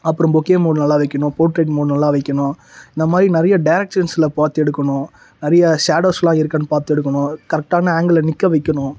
அப்பறம் bokeh mode நல்லா வைக்கணும் போர்ட்ரெய்ட் மோட் நல்லா வைக்கணும் இந்த மாதிரி நிறைய டேரெக்ஷன்ஸில் பார்த்து எடுக்கணும் நிறைய ஷேடோஸ்லாம் இருக்கானு பார்த்து எடுக்கணும் கரெக்டான ஆங்கிளில் நிற்க வைக்கணும்